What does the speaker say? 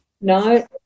no